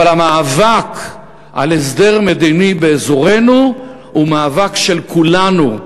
אבל המאבק על הסדר מדיני באזורנו הוא מאבק של כולנו,